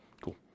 cool